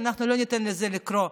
אנחנו לא ניתן לזה לקרות,